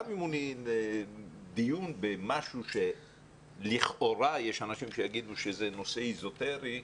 גם אם הוא דיון במשהו שלכאורה יש אנשים שיגידו שזה נושא אזוטרי,